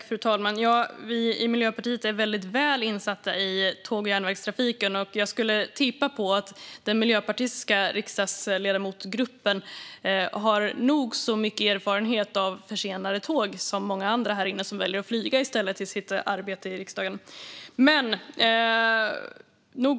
Fru talman! Vi i Miljöpartiet är väldigt väl insatta i tåg och järnvägstrafiken. Jag skulle tippa på att den miljöpartistiska riksdagsledamotsgruppen har nog så mycket erfarenhet av försenade tåg som många andra här inne, som i stället väljer att flyga till sitt arbete i riksdagen.